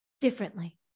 differently